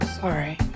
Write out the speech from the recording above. Sorry